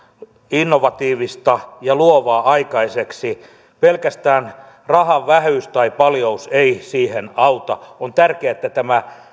innovatiivista ja luovaa aikaiseksi pelkästään rahan vähyys tai paljous ei siihen auta on tärkeää että tämä